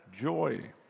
joy